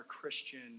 Christian